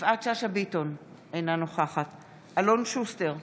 יפעת שאשא ביטון, אינה נוכחת אלון שוסטר,